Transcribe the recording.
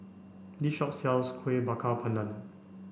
this shop sells Kueh Bakar Pandan